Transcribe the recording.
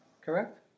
correct